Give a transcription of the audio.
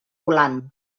volant